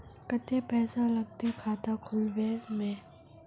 केते पैसा लगते खाता खुलबे में?